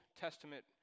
testament